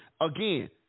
Again